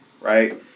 right